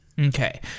Okay